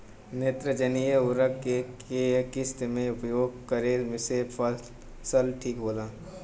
नेत्रजनीय उर्वरक के केय किस्त मे उपयोग करे से फसल ठीक होला?